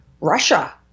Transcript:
Russia